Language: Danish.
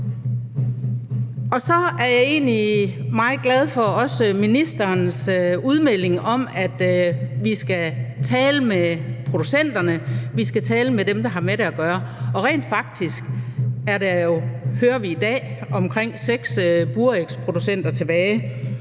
også meget glad for ministerens udmelding om, at vi skal tale med producenterne, vi skal tale med dem, der har med det at gøre. Og rent faktisk, hører vi i dag, er der kun seks burægsproducenter tilbage